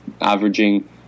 averaging